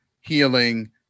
healing